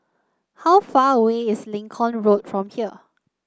how far away is Lincoln Road from here